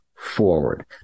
forward